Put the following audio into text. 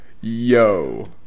yo